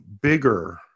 bigger